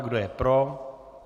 Kdo je pro?